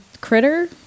critter